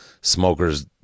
smokers